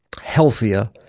healthier